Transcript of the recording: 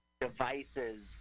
devices